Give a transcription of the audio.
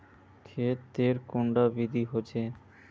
खेत तेर कैडा विधि होचे?